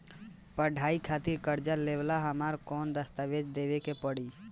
पढ़ाई खातिर कर्जा लेवेला हमरा कौन दस्तावेज़ देवे के पड़ी?